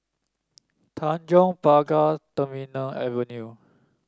Tanjong Pagar Terminal Avenue